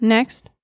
Next